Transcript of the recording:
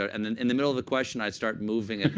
and then in the middle of a question, i'd start moving it